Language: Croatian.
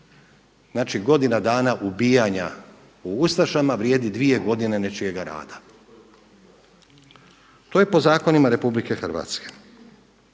Znači godina dana ubijanja u ustašama vrijedi 2 godine nečijega rada. To je po zakonima RH. Koliko imamo